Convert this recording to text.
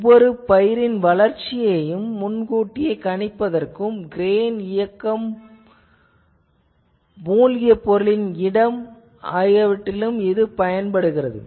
ஒவ்வொரு பயிரின் வளர்ச்சியையும் முன் கூட்டியே கணிப்பதற்கும் கிரேன் இயக்கம் மூழ்கிய பொருளின் இடம் ஆகியவற்றிலும் இது உதவுகிறது